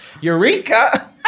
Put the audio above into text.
Eureka